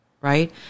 right